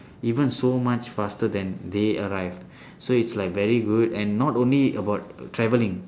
even so much faster than they arrive so it's like very good and not only about traveling